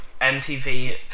MTV